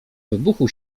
wybuchu